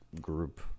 group